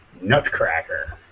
nutcracker